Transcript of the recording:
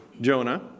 Jonah